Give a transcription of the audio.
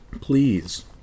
Please